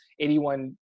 81